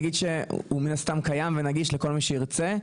הוא מן הסתם קיים ונגיש לכל מי שירצה.